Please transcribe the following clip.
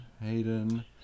Hayden